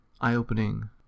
eye-opening